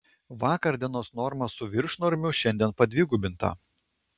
vakar dienos norma su viršnormiu šiandien padvigubinta